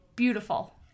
beautiful